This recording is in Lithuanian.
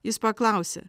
jis paklausė